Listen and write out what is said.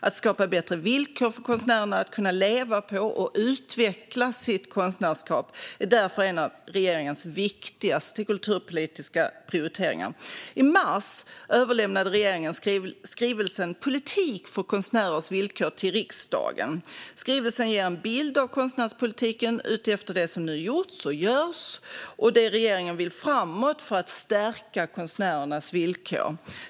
Att skapa bättre villkor för konstnärerna att kunna leva på och utveckla sitt konstnärskap är därför en av regeringens viktigaste kulturpolitiska prioriteringar. till riksdagen. Skrivelsen ger en bild av konstnärspolitiken utifrån det som nu gjorts och görs och det regeringen vill framåt för att stärka konstnärernas villkor.